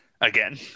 again